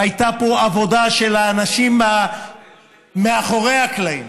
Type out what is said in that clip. העבודה שהייתה פה של האנשים מאחורי הקלעים